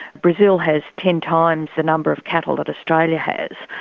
brazil has ten times the number of cattle that australia has,